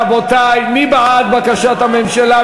רבותי, מי בעד בקשת הממשלה?